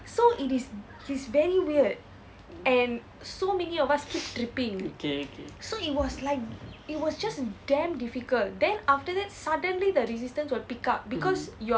okay okay mmhmm